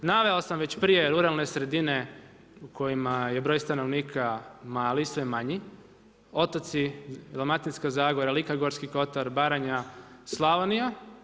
Naveo sam već prije ruralne sredine u kojima je broj stanovnika mali i sve manji, otoci, Dalmatinska zagora, Lika i Gorski kotar, Baranja, Slavonija.